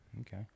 Okay